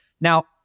Now